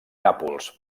nàpols